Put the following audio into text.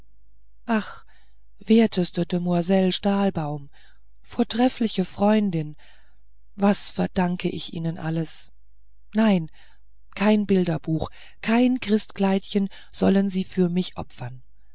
ach werteste demoiselle stahlbaum vortreffliche freundin was verdanke ich ihnen alles nein kein bilderbuch kein christkleidchen sollen sie für mich opfern